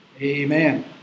Amen